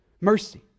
Mercy